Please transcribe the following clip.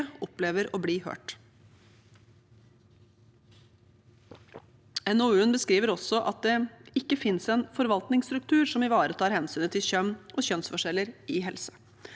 opplever å bli hørt. NOU-en beskriver også at det ikke finnes en forvaltningsstruktur som ivaretar hensynet til kjønn og kjønnsforskjeller i helse.